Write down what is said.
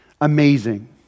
Amazing